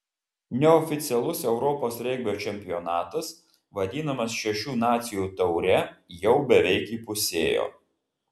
neoficialus europos regbio čempionatas vadinamas šešių nacijų taure jau beveik įpusėjo